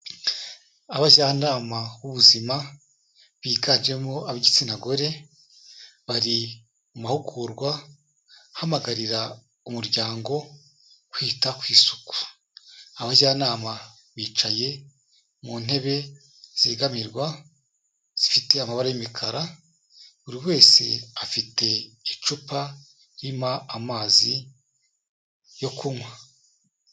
Abajyanama b'ubuzima biganjemo ab'igitsina gore, bari mu mahugurwa ahamagarira umuryango kwita ku isuku, abajyanama bicaye mu ntebe zegamirwa zifite amabara y'imikara, buri wese afite icupa ririmo amazi yo kunywa.